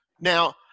Now